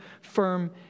firm